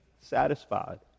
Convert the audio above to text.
satisfied